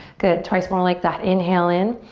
good, twice more like that. inhale in.